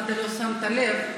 אם לא שמת לב,